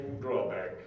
drawback